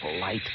light